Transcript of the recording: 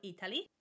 Italy